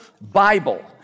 Bible